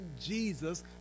Jesus